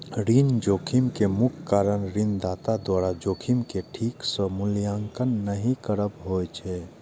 ऋण जोखिम के मुख्य कारण ऋणदाता द्वारा जोखिम के ठीक सं मूल्यांकन नहि करब होइ छै